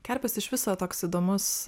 kerpės iš viso toks įdomus